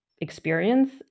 experience